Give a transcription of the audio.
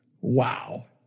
Wow